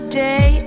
day